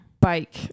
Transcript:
bike